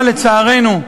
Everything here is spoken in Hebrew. אבל, לצערנו,